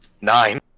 Nine